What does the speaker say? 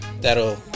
that'll